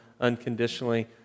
unconditionally